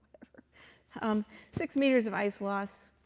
um six meters of ice loss.